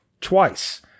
twice